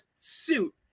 suit